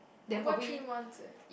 over three months eh